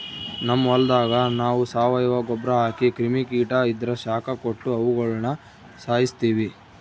ನಮ್ ಹೊಲದಾಗ ನಾವು ಸಾವಯವ ಗೊಬ್ರ ಹಾಕಿ ಕ್ರಿಮಿ ಕೀಟ ಇದ್ರ ಶಾಖ ಕೊಟ್ಟು ಅವುಗುಳನ ಸಾಯಿಸ್ತೀವಿ